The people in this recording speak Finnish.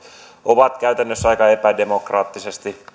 ovat käytännössä aika epädemokraattisesti